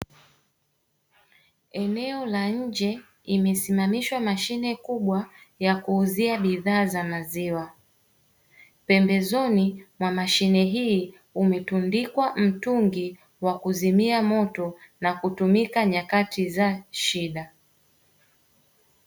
Eneo la nje imesimamishwa Mashine kubwa ya kuuzia bidhaa za maziwa, pembezoni mwa Mashine hii umetundikwa mtungi wa kuzimia moto na hutumika nyakati za shida.